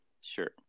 Sure